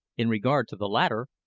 in regard to the latter,